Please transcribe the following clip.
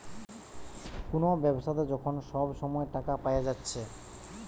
কুনো ব্যাবসাতে যখন সব সময় টাকা পায়া যাচ্ছে